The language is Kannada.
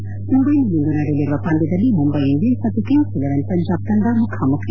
ಐಪಿಎಲ್ ಕ್ರಿಕೆಟ್ ಮುಂಬೈನಲ್ಲಿಂದು ನಡೆಯಲಿರುವ ಪಂದ್ಯದಲ್ಲಿ ಮುಂಬೈ ಇಂಡಿಯನ್ಸ್ ಮತ್ತು ಕಿಂಗ್ಸ್ ಇಲೆವನ್ ಪಂಜಾಬ್ ತಂಡ ಮುಖಾಮುಖಿ